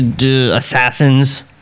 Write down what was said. Assassins